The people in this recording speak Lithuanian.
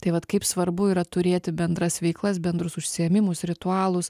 tai vat kaip svarbu yra turėti bendras veiklas bendrus užsiėmimus ritualus